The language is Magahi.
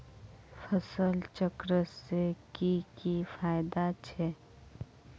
फसल चक्र से की की फायदा छे?